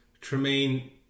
Tremaine